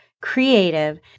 creative